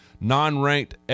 Non-ranked